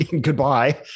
Goodbye